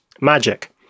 magic